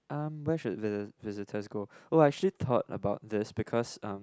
um where should the visitors go oh I actually thought about this because um